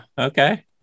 Okay